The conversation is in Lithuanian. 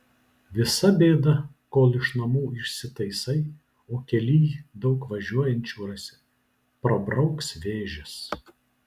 visa bėda kol iš namų išsitaisai o kelyj daug važiuojančių rasi prabrauks vėžes